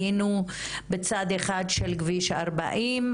היינו באדמה שלנו בכביש 40,